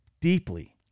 deeply